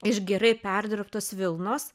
iš gerai perdirbtos vilnos